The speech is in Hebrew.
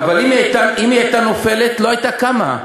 אבל אם היא הייתה נופלת, לא הייתה קמה.